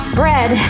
bread